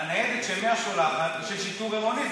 הניידת ש-100 שולחת היא של שיטור עירוני,